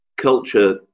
Culture